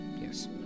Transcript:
Yes